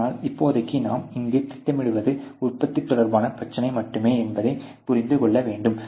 ஆனால் இப்போதைக்கு நாம் இங்கு திட்டமிடுவது உற்பத்தி தொடர்பான பிரச்சினை மட்டுமே என்பதை புரிந்து கொள்ள வேண்டும்